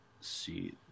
see